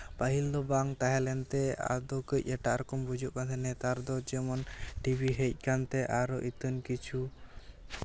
ᱯᱟᱹᱦᱤᱞ ᱫᱚ ᱵᱟᱝ ᱛᱟᱦᱮᱸ ᱞᱮᱱᱛᱮ ᱟᱫᱚ ᱠᱟᱹᱡ ᱮᱴᱟᱜ ᱨᱚᱠᱚᱢ ᱵᱩᱡᱩᱜ ᱠᱟᱱ ᱛᱟᱦᱮᱸᱜ ᱱᱮᱛᱟᱨ ᱡᱮᱢᱚᱱ ᱴᱤᱵᱷᱤ ᱦᱮᱡ ᱠᱟᱱᱛᱮ ᱟᱨᱚ ᱟᱹᱛᱷᱟᱹᱱ ᱠᱤᱪᱷᱩ